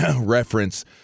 reference